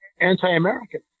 anti-American